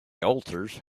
ulcers